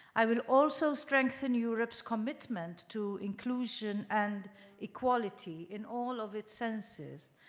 i will also strengthen europe's commitment to inclusion and equality in all of its senses,